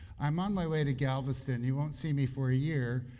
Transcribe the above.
i'm on my way to galveston. you won't see me for a year,